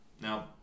Now